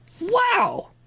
Wow